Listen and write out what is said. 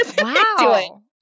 wow